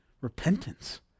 repentance